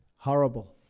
horrible.